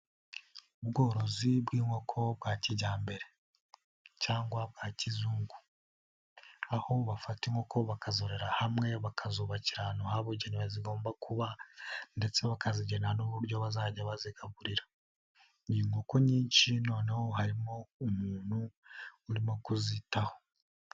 Ubworozi bw'inkoko bwa kijyambere cyangwa bwa kizungu. Aho bafata inkoko bakazororera hamwe bakazubakira ahantu habugenewe zigomba kuba ndetse bakazijyana n'uburyo bazajya bazigaburira. Ni inkoko nyinshi noneho harimo umuntu urimo kuzitaho.